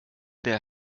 der